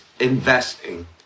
Investing